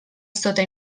sota